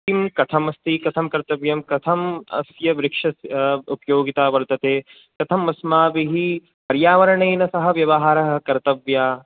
किं कथम् अस्ति कथं कर्तव्यम् कथम् अस्य वृक्षस्य उपयोगिता वर्तते कथम् अस्माभिः पर्यावरणेन सह व्यवहारः कर्तव्या